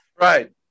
Right